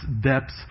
depths